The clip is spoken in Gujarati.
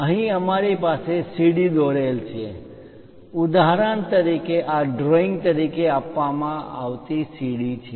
અહીં અમારી પાસે સીડી દોરેલ છે ઉદાહરણ તરીકે આ ડ્રોઇંગ તરીકે આપવામાં આવતી સીડી છે